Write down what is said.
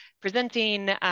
presenting